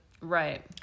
right